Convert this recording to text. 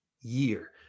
year